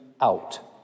out